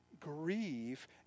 Grieve